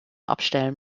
abstellen